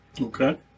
Okay